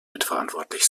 mitverantwortlich